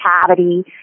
cavity